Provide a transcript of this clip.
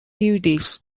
duties